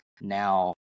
now